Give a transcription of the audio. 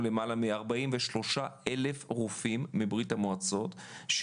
למעלה מ-43,000 רופאים מברית המועצות,